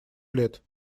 лет